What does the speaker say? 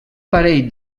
parell